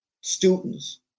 students